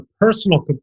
personal